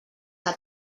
que